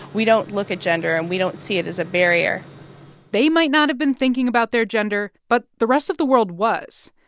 we don't look at gender, and we don't see it as a barrier they might not have been thinking about their gender but the rest of the world was.